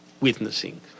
witnessing